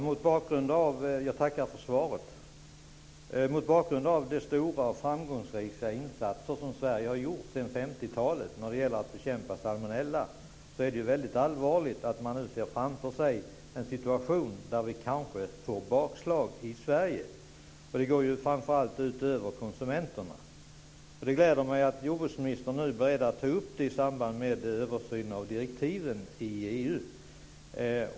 Fru talman! Jag tackar för svaret. Mot bakgrund av de stora och framgångsrika insatser som Sverige har gjort sedan 1950-talet när det gäller att bekämpa salmonella så är det allvarligt att man nu ser framför sig en situation där vi kanske får bakslag i Sverige. Detta går ju framför allt ut över konsumenterna. Det gläder mig att jordbruksministern nu är beredd att ta upp detta i samband med översynen av direktiven i EU.